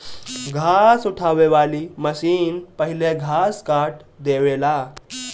घास उठावे वाली मशीन पहिले घास काट देवेला